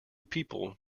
people